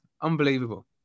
Unbelievable